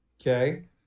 Okay